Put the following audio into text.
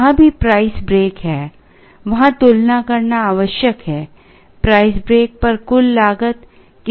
जहां भी price break है वहां तुलना करना आवश्यक है प्राइस ब्रेक पर कुल लागत किसी अन्य बिंदु पर नहीं